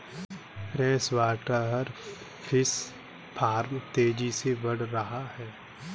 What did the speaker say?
freshwater fish farm तेजी से बढ़ रहा है